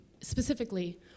specifically